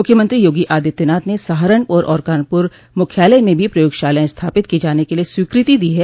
मुख्यमंत्री योगी आदित्यनाथ ने सहारनपुर और कानपुर मुख्यालय में भी प्रयोगशालायें स्थापित किये जाने के लिए स्वीकृति दे दी है